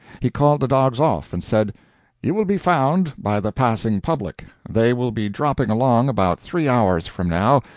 he called the dogs off, and said you will be found by the passing public. they will be dropping along about three hours from now,